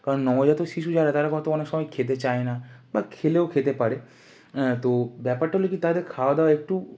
কারণ নবজাতক শিশু যারা তারা হয়তো অনেক সময় খেতে চায় না বা খেলেও খেতে পারে তো ব্যাপারটা হল কী তাদের খাওয়া দাওয়া একটু